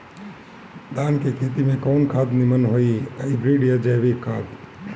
धान के खेती में कवन खाद नीमन होई हाइब्रिड या जैविक खाद?